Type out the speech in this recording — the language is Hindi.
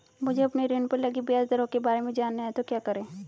मुझे अपने ऋण पर लगी ब्याज दरों के बारे में जानना है तो क्या करें?